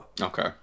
okay